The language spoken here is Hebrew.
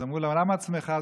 אמרו לה: למה את שמחה?